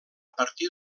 partir